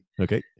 Okay